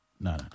No